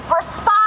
respond